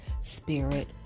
spirit